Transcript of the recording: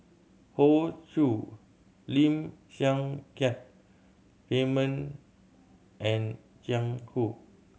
Hoey Choo Lim Siang Keat Raymond and Jiang Hu